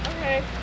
Okay